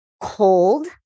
cold